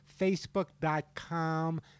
facebook.com